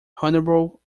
honourable